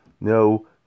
No